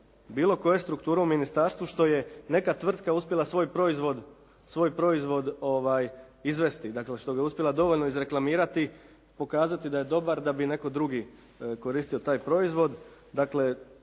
bilo koje strukture u ministarstvu što je neka tvrtka uspjela svoj proizvod izvesti, dakle što ga je uspjela dovoljno izreklamirati, pokazati da je dobar, da bi netko drugi koristio taj proizvod.